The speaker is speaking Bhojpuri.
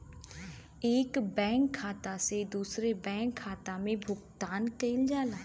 एक बैंक खाता से दूसरे बैंक खाता में भुगतान कइल जाला